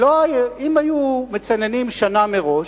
אם היו מצננים שנה מראש,